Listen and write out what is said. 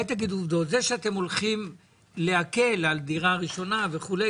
אנחנו יודעים שאתם הולכים להקל על דירה ראשונה וכו'.